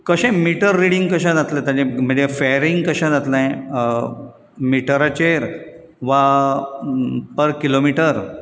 कशें meter reading कशें जातलें म्हणजें फॅरिंग कशें जातलें मिटराचेर वा पर किलोमिटर